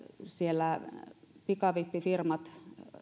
siellä pikavippifirmat